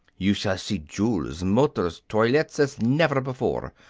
you shall see jewels, motors, toilettes as never before.